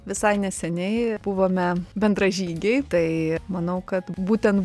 visai neseniai buvome bendražygiai tai manau kad būtent